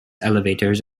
elevators